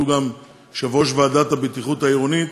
שהוא גם יושב-ראש ועדת הבטיחות העירונית,